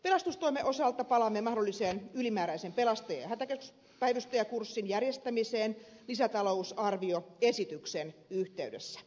pelastustoimen osalta palaamme mahdollisen ylimääräisen pelastaja ja hätäkeskuspäivystäjäkurssin järjestämiseen lisätalousarvioesityksen yhteydessä